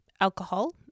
alcohol